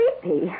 creepy